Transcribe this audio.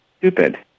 stupid